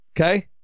Okay